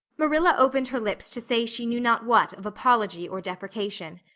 marilla opened her lips to say she knew not what of apology or deprecation.